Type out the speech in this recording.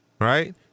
Right